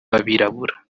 b’abirabura